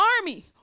army